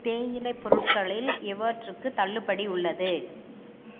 தேயிலை பொருட்களில் எவற்றுக்கு தள்ளுபடி உள்ளது